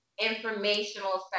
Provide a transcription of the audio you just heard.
informational